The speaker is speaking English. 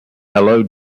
hello